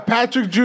Patrick